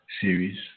series